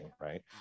Right